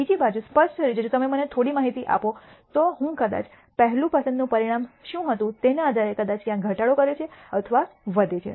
બીજી બાજુ સ્પષ્ટ રીતે જો તમે મને થોડી માહિતી આપો તો હું કદાચ પહેલું પસંદનું પરિણામ શું હતું તેના આધારે કદાચ ક્યાં ઘટાડો કરે છે અથવા વધે છે